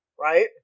right